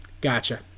gotcha